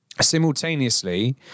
Simultaneously